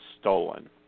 stolen